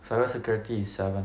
cyber security is seven